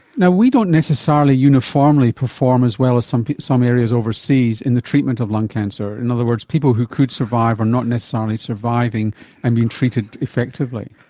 you know we don't necessarily uniformly perform as well as some some areas overseas in the treatment of lung cancer. in other words, people who could survive are not necessarily surviving and being treated effectively.